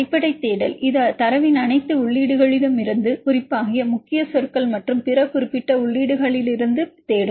அடிப்படை தேடல் இது தரவின் அனைத்து உள்ளீடுகளிலிருந்தும் குறிப்பாக முக்கிய சொற்கள் மற்றும் பிற குறிப்பிட்ட உள்ளீடுகளிலிருந்து தேடும்